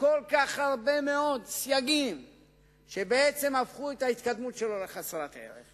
לכך שזה הולך להפוך לאחד הנושאים